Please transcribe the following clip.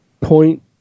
point